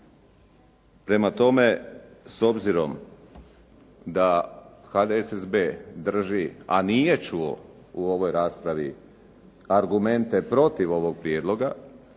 Prema tome, s obzirom da HDSSB drži, a nije čuo u ovoj raspravi argumente protiv ovog prijedloga.